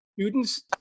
students